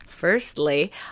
Firstly